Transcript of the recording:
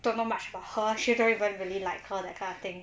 don't know much about her she don't even really like her that kind of thing